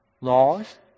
laws